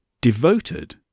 devoted